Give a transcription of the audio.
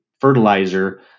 fertilizer